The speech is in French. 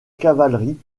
cavalerie